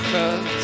Cause